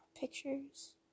Pictures